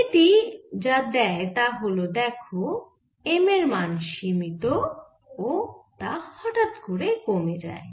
এটি যা দেয় তা হল দেখো M এর মান সীমিত ও তা হঠাৎ করে কমে যায়